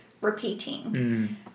repeating